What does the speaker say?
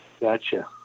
Gotcha